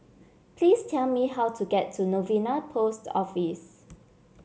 please tell me how to get to Novena Post Office